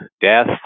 death